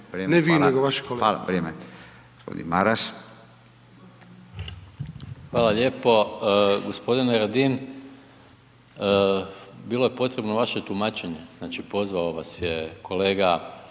Maras. **Maras, Gordan (SDP)** Hvala lijepo. Gospodine Radin bilo je potrebno vaše tumačenje, znači pozvao vas je kolega